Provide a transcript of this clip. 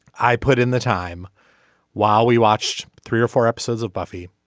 i put in the time while we watched three or four episodes of buffy